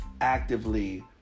actively